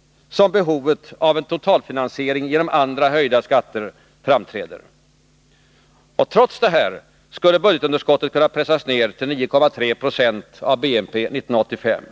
— som behovet av en totalfinansiering genom andra höjda skatter framträder. Trots detta skulle budgetunderskottet kunna pressas ner till 9,3 20 av BNP 1985.